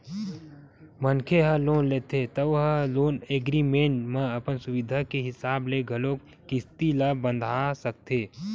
मनखे ह लोन लेथे त ओ ह लोन एग्रीमेंट म अपन सुबिधा के हिसाब ले घलोक किस्ती ल बंधा सकथे